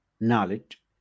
knowledge